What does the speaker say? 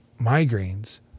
migraines